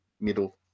middle